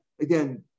again